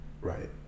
right